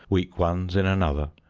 weak ones in another,